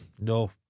No